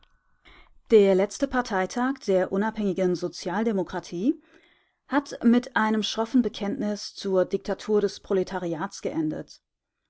der letzte parteitag der unabhängigen sozialdemokratie hat mit einem schroffen bekenntnis zur diktatur des proletariats geendet